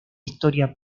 historia